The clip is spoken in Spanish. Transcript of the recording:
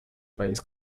país